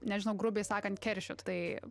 nežinau grubiai sakant keršyt tai